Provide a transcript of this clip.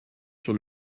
sur